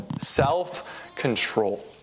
Self-control